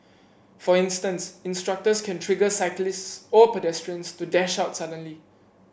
for instance instructors can trigger cyclists or pedestrians to dash out suddenly